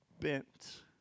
bent